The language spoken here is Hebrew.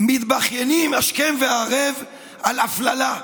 מתבכיינים השכם וערב על הפללה,